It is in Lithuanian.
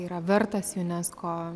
yra vertas unesco